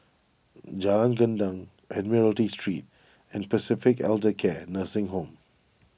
Jalan Gendang Admiralty Street and Pacific Elder Care Nursing Home